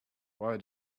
why